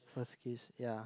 first kiss ya